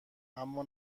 اما